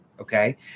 Okay